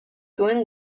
duen